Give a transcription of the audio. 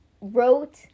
wrote